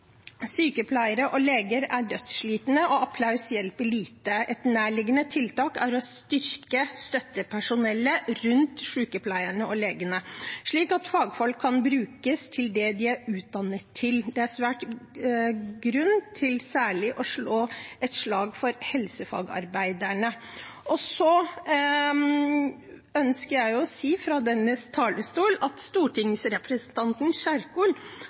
Sykepleiere og leger er dødsslitne, og applaus hjelper lite. Et nærliggende tiltak er å styrke støttepersonellet rundt sykepleierne og legene, slik at fagfolk kan brukes til det de er utdannet til. Det er særlig grunn til å slå et slag for helsefagarbeiderne. Jeg ønsker å si fra denne talerstolen at stortingsrepresentanten Kjerkol